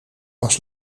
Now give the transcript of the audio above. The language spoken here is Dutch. was